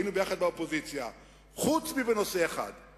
היינו יחד באופוזיציה חוץ מאשר בנושא אחד: